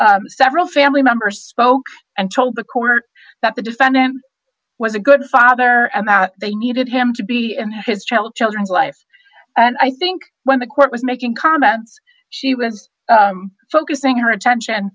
several family members spoke and told the court that the defendant was a good father and that they needed him to be in his child children's life and i think when the court was making comments she was focusing her attention